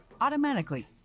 automatically